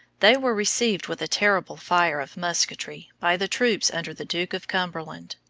they were received with a terrible fire of musketry by the troops under the duke of cumberland.